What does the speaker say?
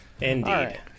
Indeed